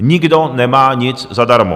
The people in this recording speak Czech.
Nikdo nemá nic zadarmo.